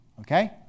Okay